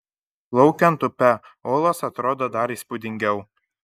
plaukiant upe olos atrodo dar įspūdingiau